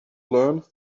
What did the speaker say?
learned